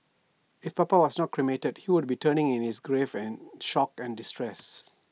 if papa was not cremated he would be turning in his grave and shock and distress